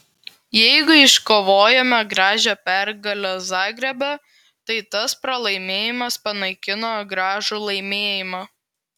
jeigu iškovojome gražią pergalę zagrebe tai tas pralaimėjimas panaikino gražų laimėjimą